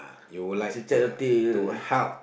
you would like to to help